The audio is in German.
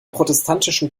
protestantischen